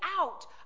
out